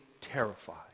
terrified